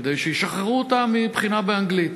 כדי שישחררו אותה מבחינה באנגלית.